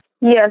Yes